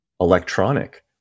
electronic